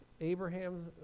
Abraham's